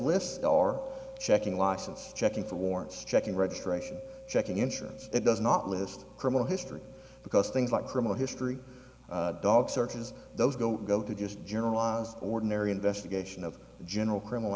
they are checking license checking for warrants checking registration checking insurance it does not list criminal history because things like criminal history dog searches those go go to just generalized ordinary investigation of general criminal